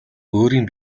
өөрийн